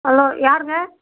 hello யாருங்க